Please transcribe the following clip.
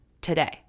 today